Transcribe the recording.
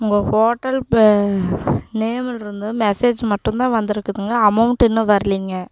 உங்கள் hotel pay நேமுலிருந்து message மட்டும்தான் வந்திருக்குதுங்க அமௌண்ட் இன்னும் வரலீங்க